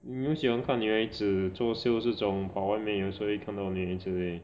你们喜欢看女孩子做 sales 这种跑外面有时候会看到女孩子 leh